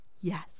yes